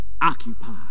Occupy